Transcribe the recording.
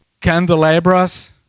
candelabras